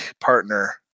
partner